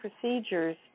procedures